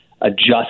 adjust